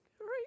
right